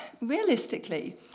realistically